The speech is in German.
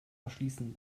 verschließen